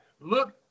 Look